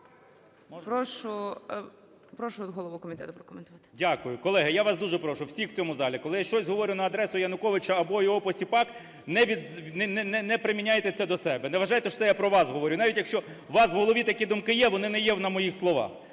Прошу голову комітету прокоментувати. 17:43:56 КНЯЖИЦЬКИЙ М.Л. Дякую. Колеги, я вас дуже прошу, всіх в цьому залі, коли я щось говорю на адресу Януковича або його посіпак не применяйте це до себе, не вважайте, що це я про вас говорю і навіть, якщо у вас в голові такі думки є, вони не є на моїх словах.